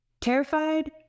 Terrified